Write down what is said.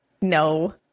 No